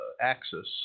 axis